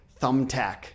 Thumbtack